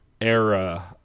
era